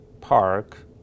park